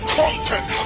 content